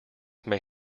may